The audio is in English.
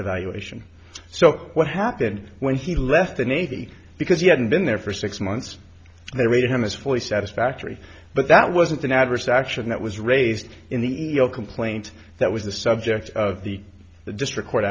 evaluation so what happened when he left the navy because he hadn't been there for six months they read him as fully satisfactory but that wasn't an adverse action that was raised in the complaint that was the subject of the the district court